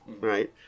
right